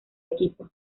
equipo